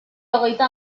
hogeita